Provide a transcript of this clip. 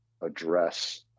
address